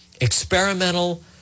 experimental